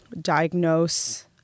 diagnose